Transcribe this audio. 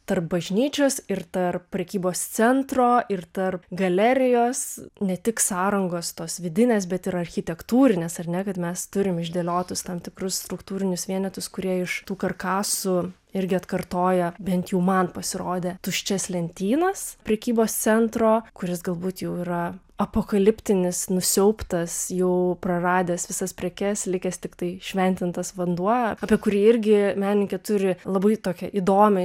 tarp bažnyčios ir tarp prekybos centro ir tarp galerijos ne tik sąrangos tos vidinės bet ir architektūrinės ar ne kad mes turim išdėliotus tam tikrus struktūrinius vienetus kurie iš tų karkasų irgi atkartoja bent jų man pasirodė tuščias lentynas prekybos centro kuris galbūt jau yra apokaliptinis nusiaubtas jau praradęs visas prekes likęs tiktai šventintas vanduo apie kurį irgi menininkė turi labai tokią įdomią